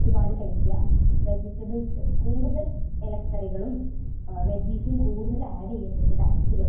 ഒരുപാട് കഴിക്കുക വെജിറ്റബിൾസ് കൂടുതൽ ഇലക്കറികളും വെജീസും കൂടുതൽ ആഡ് ചെയ്യുന്നുണ്ട് ഡയറ്റിലോട്ട്